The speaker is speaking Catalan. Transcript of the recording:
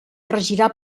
regirà